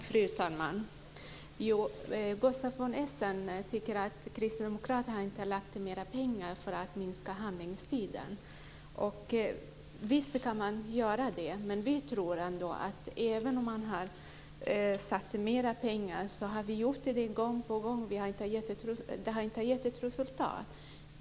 Fru talman! Gustaf von Essen säger att Kristdemokraterna inte har avsatt mera pengar för att minska handläggningstiden. Visst kan man göra det. Men man har anslagit mera pengar gång på gång, men det har inte gett något resultat.